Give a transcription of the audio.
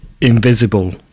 invisible